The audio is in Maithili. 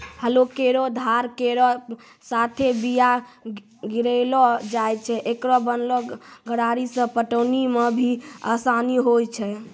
हलो केरो धार केरो साथें बीया गिरैलो जाय छै, एकरो बनलो गरारी सें पटौनी म भी आसानी होय छै?